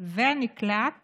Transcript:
והנקלט